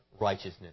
righteousness